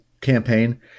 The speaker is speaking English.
campaign